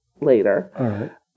later